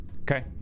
okay